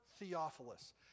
Theophilus